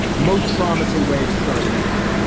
most promising way to start an answer.